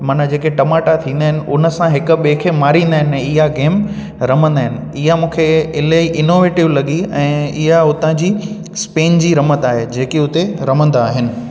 माना जेके टमाटा थींदा आहिनि उहो उन सां हिकु ॿिए खे मारींदा आहिनि इहा गेम रमंदा आहिनि इहा मूंखे इलाही इनोवेटिव लॻी ऐं इहा उतां जी स्पेन जी रमस जेके उते रमंदा आहिनि